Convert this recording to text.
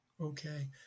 okay